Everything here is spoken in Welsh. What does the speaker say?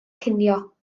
cinio